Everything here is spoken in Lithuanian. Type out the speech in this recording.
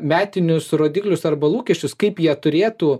metinius rodiklius arba lūkesčius kaip jie turėtų